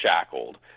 shackled